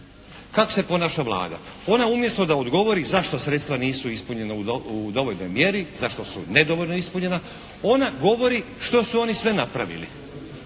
Kako se ponaša Vlada? Ona umjesto da odgovori zašto sredstva nisu ispunjena u dovoljnoj mjeri, zašto su nedovoljno ispunjena ona govori što su oni sve napravili.